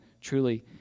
truly